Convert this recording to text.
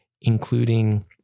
including